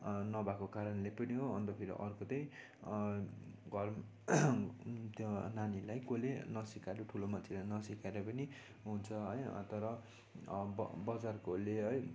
नभएको कारणले पनि हो अन्त फेरि अर्को त घर त्यो नानीलाई कसैले नसिकाएर ठुलो मान्छेले नसिकाएर पनि हुन्छ है तर ब बजारकोले है